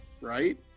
right